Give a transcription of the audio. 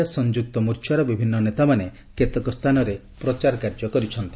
ଅନ୍ୟପକ୍ଷରେ ସଂଯୁକ୍ତ ମୋର୍ଚ୍ଚାର ବିଭିନ୍ନ ନେତାମାନେ କେତେକ ସ୍ଥାନରେ ପ୍ରଚାର କାର୍ଯ୍ୟ କରିଛନ୍ତି